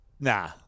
Nah